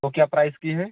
वह क्या प्राइस की है